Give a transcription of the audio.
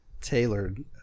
tailored